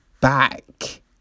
back